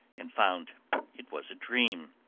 and found it was a dream.